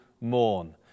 mourn